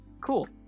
Cool